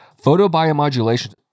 photobiomodulation